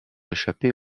échapper